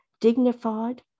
Dignified